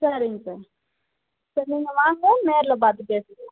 சரிங்க சார் சரி நீங்கள் வாங்க நேரில் பார்த்து பேசிக்கலாம்